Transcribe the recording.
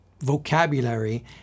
vocabulary